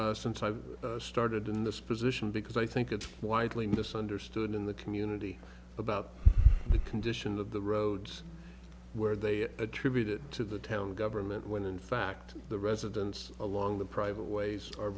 me since i've started in this position because i think it's widely misunderstood in the community about the condition of the roads where they attribute it to the town government when in fact the residents along the private ways are